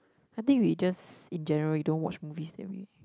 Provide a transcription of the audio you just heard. I think we just in general we don't watch movies then we